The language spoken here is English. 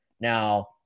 Now